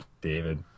david